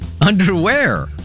Underwear